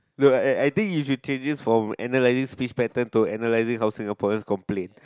no I I think you should changes from analyzing speech pattern to analyzing how Singaporeans complain